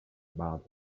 about